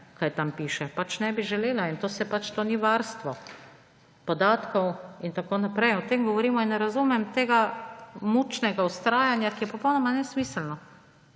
kaj tam piše. Pač ne bi želela in to ni varstvo podatkov in tako naprej. O tem govorimo. Ne razumem tega mučnega vztrajanja, ki je popolnoma nesmiselno.